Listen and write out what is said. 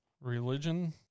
Religion